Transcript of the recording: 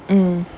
mm